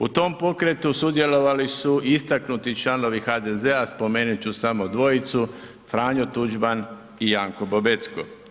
U tom pokretu sudjelovali su istaknuti članovi HDZ-a, spomenut ću samo dvojicu Franjo Tuđman i Janko Bobetko.